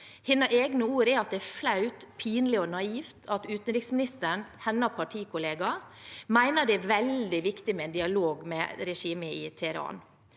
Hennes egne ord er at det er flaut, pinlig og naivt at utenriksministeren, hennes partikollega, mener det er veldig viktig med dialog med regimet i Teheran.